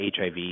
HIV